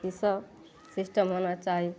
उसब सिस्टम होना चाही